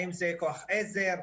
האם זה כוח עזר,